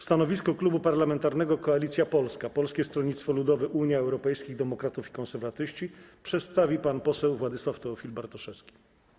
Stanowisko Klubu Parlamentarnego Koalicja Polska - Polskie Stronnictwo Ludowe - Unia Europejskich Demokratów i Konserwatyści przedstawi pan poseł Władysław Teofil Bartoszewski.